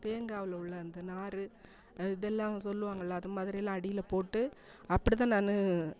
தேங்காய்வில் உள்ள அந்த நாறு இதெல்லாம் சொல்லுவாங்களே அந்த மாதிரி எல்லாம் அடில்ல போட்டு அப்படித்தான் நான்